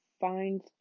find